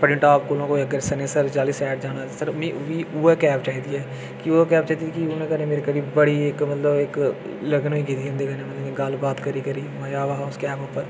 sir Patnitop कोला कोई अग्गें सनासर आह्ली सैड जाना चाह्न्ना सर मिगी उ'ऐ कैब चाहिदी ऐ की जे उ'ऐ कैब मेरे कन्नै इक बड़ी मतलब इक लगन होई गेदी ही उ'दे कन्नै गल्ल बात करी करी मजा आवै दा हा उस कैब उप्पर